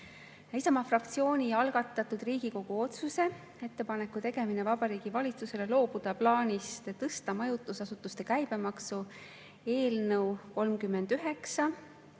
fraktsiooni algatatud Riigikogu otsuse "Ettepaneku tegemine Vabariigi Valitsusele loobuda plaanist tõsta majutusasutuste käibemaksu" eelnõu 39